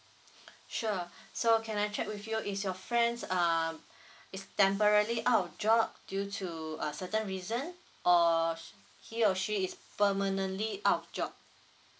sure so can I check with you is your friends um is temporarily out of job due to a certain reason or he or she is permanently out of job